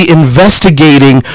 investigating